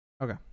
Okay